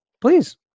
Please